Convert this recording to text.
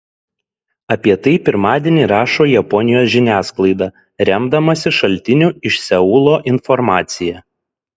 apie tai pirmadienį rašo japonijos žiniasklaida remdamasi šaltinių iš seulo informacija